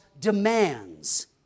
demands